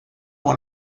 one